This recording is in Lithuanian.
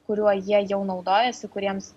kuriuo jie jau naudojasi kuriems